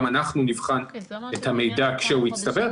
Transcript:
גם אנחנו נבחן את המידע כשהוא יצטבר.